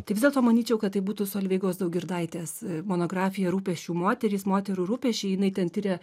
tai vis dėlto manyčiau kad tai būtų solveigos daugirdaitės monografija rūpesčių moterys moterų rūpesčiai jinai ten tiria